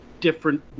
different